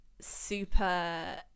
super